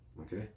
okay